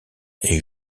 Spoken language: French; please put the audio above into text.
est